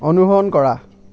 অনুসৰণ কৰা